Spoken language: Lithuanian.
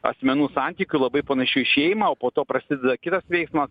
asmenų santykių labai panašių į šeimą o po to prasideda kitas veiksmas